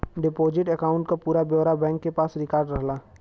deposit account क पूरा ब्यौरा बैंक के पास रिकार्ड रहला